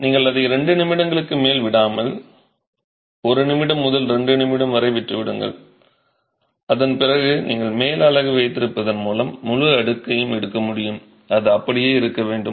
நீங்கள் அதை 2 நிமிடங்களுக்கு மேல் விடாமல் ஒரு நிமிடம் முதல் 2 நிமிடம் வரை விட்டுவிடுங்கள் அதன் பிறகு நீங்கள் மேல் அலகு வைத்திருப்பதன் மூலம் முழு அடுக்கையும் எடுக்க முடியும் அது அப்படியே இருக்க வேண்டும்